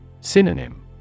Synonym